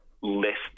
less